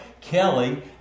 Kelly